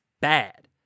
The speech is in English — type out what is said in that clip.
bad